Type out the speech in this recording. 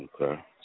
Okay